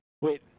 Wait